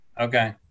Okay